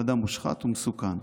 הוא אדם מושחת ומסוכן.